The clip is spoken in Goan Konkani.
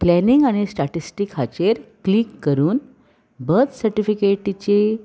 प्लॅनिंग आनी स्टॅटिस्टीक हाचेर क्लिक करून बर्थ सर्टिफिकेटीची